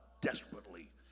desperately